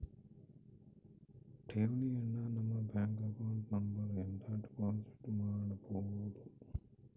ಠೇವಣಿಯನು ನಮ್ಮ bank account number ಇಂದ ಡೆಪೋಸಿಟ್ ಮಾಡ್ಬೊದು